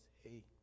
hey